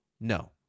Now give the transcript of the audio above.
No